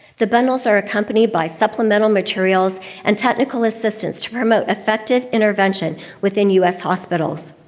the bundles are accompanied by supplemental materials and technical assistance to promote effective intervention within us hospitals.